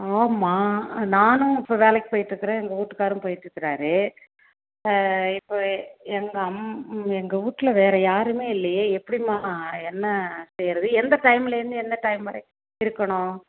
ஆமாம் நானும் இப்போ வேலைக்கு போயிட்டுருக்குறேன் எங்கள் வீட்டுக்காரும் போயிட்ருக்குறார் இப்போ எங் அம் எங்கள் வீட்ல வேறு யாருமே இல்லையே எப்படிம்மா என்ன செய்யறது எந்த டைம்மில் இருந்து எந்த டைம் வரைக்கும் இருக்கணும்